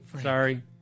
sorry